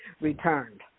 returned